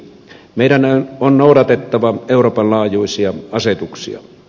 meidän on noudatettava euroopan laajuisia asetuksia